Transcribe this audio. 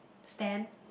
stand